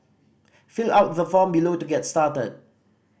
fill out the form below to get started